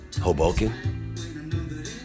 Hoboken